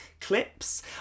clips